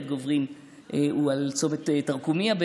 בית גוברין הוא בערך על צומת תרקומיא.